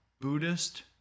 Buddhist